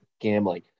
gambling